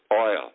Oil